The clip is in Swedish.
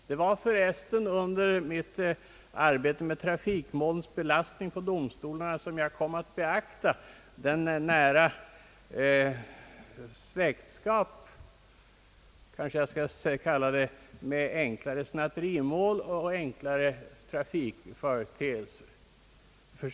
Det var för övrigt under mitt arbete med trafikmålens belastning på domstolarna som jag kom att beakta den likhet som förefinns mellan enklare snatterimål och enklare trafikförseelser.